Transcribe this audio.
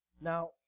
Now